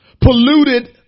Polluted